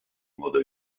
modo